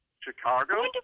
Chicago